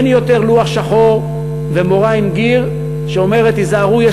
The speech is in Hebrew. אין יותר לוח שחור ומורה עם גיר שאומרת: תיזהרו,